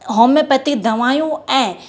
homeopathic दवाऊं ऐं